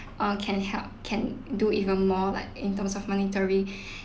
err can help can do even more like in terms of monetary